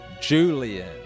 Julian